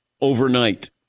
overnight